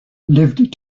lived